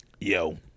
Yo